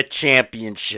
championship